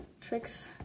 tricks